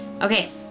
Okay